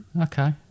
Okay